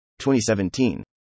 2017